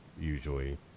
usually